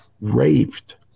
raped